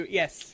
yes